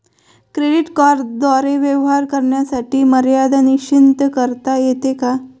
Credit कार्डद्वारे व्यवहार करण्याची मर्यादा निश्चित करता येते का?